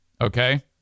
Okay